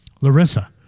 Larissa